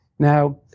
Now